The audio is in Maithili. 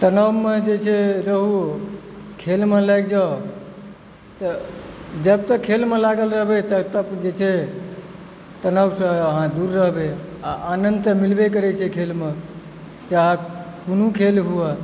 तनावमे जे छै रहू खेलमे लागि जाउ तऽ जब तक खेलमे लागल रहबै तब तक जे छै तनावसंँ अहाँ दूर रहबै आ आनन्द तऽ मिलबै करए छै खेलमे चाहे कोनो खेल होअऽ